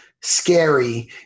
scary